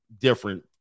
different